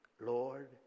Lord